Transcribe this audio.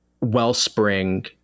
wellspring